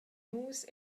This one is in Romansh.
nus